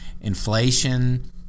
Inflation